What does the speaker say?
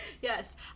yes